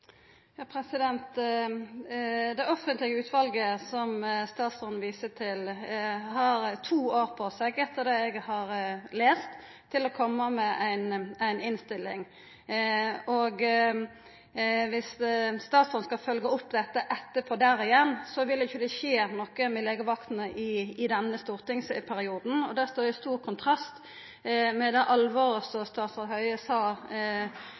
Det offentlege utvalet som statsråden viser til, har to år på seg, etter det eg har lese, til å koma med ei innstilling. Dersom statsråden skal følgja opp dette etterpå det igjen, vil det ikkje skje noko med legevakta i denne stortingsperioden, og det står i stor kontrast til det alvoret som statsråd Høie i juni i år sa